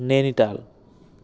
Nainital